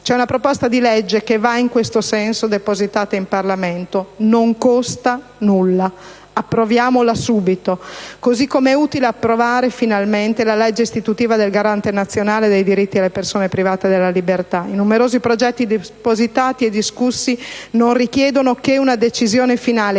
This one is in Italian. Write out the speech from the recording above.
C'è una proposta di legge, depositata in Parlamento, che va in questo senso; non costa nulla: approviamola subito. Così come è utile approvare, finalmente, la legge istitutiva del Garante nazionale dei diritti delle persone private della libertà: i numerosi progetti depositati e discussi non richiedono che una decisione finale,